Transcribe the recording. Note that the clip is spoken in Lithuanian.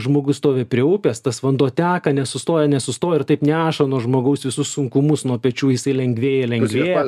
žmogus stovi prie upės tas vanduo teka nesustoja nesustoja ir taip neša nuo žmogaus visus sunkumus nuo pečių jisai lengvėja lengvėja